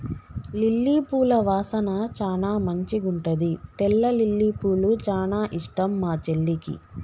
lily పూల వాసన చానా మంచిగుంటది తెల్ల లిల్లీపూలు చానా ఇష్టం మా చెల్లికి